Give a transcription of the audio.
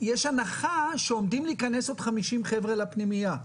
יש הנחה שעומדים להיכנס עוד 50 חבר'ה לפנימייה,